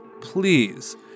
please